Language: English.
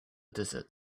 desert